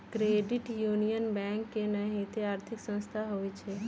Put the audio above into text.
credit union bank के नाहिते आर्थिक संस्था होइ छइ